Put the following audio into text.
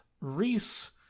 Reese